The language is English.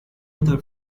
other